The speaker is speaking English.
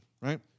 right